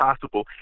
possible